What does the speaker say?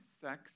sex